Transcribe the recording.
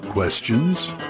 Questions